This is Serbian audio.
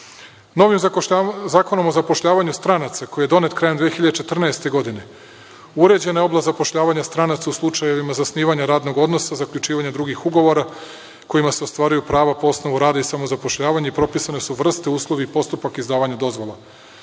zakonom o zapošljavanju stranaca, koji je donet krajem 2014. godine, uređena je oblast zapošljavanja stranaca u slučajevima zasnivanja radnog odnosa, zaključivanja drugih ugovora kojima se ostvaruju prava po osnovu rada i samozapošljavanja i propisane su vrste, uslovi i postupak izdavanja dozvola.